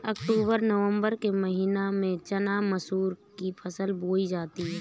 अक्टूबर नवम्बर के महीना में चना मसूर की फसल बोई जाती है?